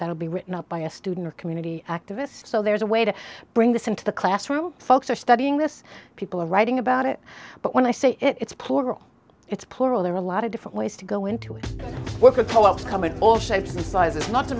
that'll be written up by a student or community activist so there's a way to bring this into the classroom folks are studying this people are writing about it but when i say it's plural it's plural there are a lot of different ways to go into it look at what's coming all shapes and sizes not to